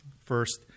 First